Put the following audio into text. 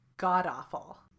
god-awful